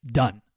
done